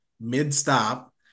mid-stop